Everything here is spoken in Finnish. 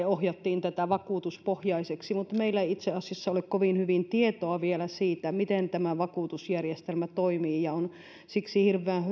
ohjattiin tätä vakuutuspohjaiseksi mutta meillä ei itse asiassa ole kovin hyvin tietoa vielä siitä miten tämä vakuutusjärjestelmä toimii siksi on hirveän hyvä